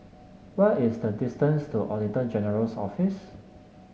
what is the distance to Auditor General's Office